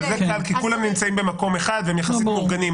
אבל זה כי כולם נמצאים במקום אחד והם יחסית מאורגנים,